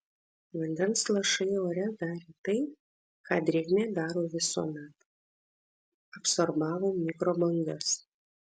vandens lašai ore darė tai ką drėgmė daro visuomet absorbavo mikrobangas